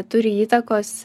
turi įtakos